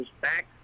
back